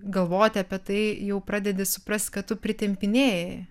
galvoti apie tai jau pradedi suprast kad tu pritempinėji